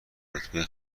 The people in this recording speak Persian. رتبه